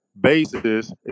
basis